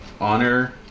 Honor